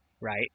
right